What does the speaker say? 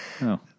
No